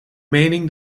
mening